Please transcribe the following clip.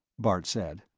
bart said.